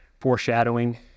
foreshadowing